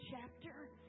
chapter